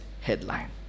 headline